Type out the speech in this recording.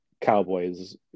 Cowboys